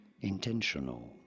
Intentional